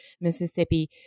Mississippi